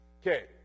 Okay